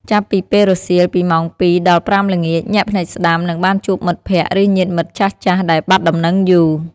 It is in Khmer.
ចាប់ ពីពេលរសៀល ពីម៉ោង ២ ដល់ ៥ ល្ងាច ញាក់ភ្នែកស្តាំ នឹងបានជួបមិត្តភក្តិ ឬញាតិមិត្តចាស់ៗដែលបាត់ដំណឹងយូរ។